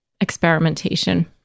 experimentation